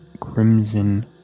crimson